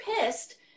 pissed